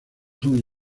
son